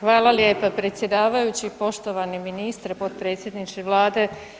Hvala lijepa predsjedavajući, poštovani ministre, potpredsjedniče vlade.